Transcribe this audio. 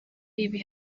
ibi